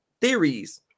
theories